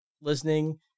listening